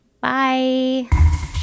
Bye